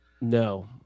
No